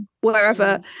wherever